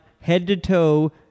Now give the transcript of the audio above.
head-to-toe